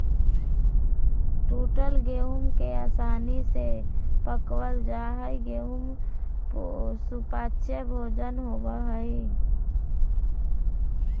टूटल गेहूं के आसानी से पकवल जा हई गेहू सुपाच्य भोजन होवई हई